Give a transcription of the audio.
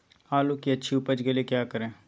आलू की अच्छी उपज के लिए क्या करें?